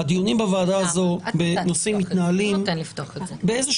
הדיונים בוועדה הזאת מתנהלים ברוגע,